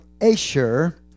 Asher